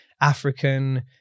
African